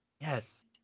Yes